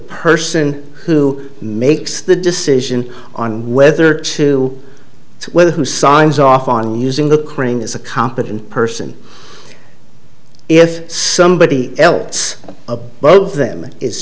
person who makes the decision on whether to say well who signs off on using the crane is a competent person if somebody else it's a both of them is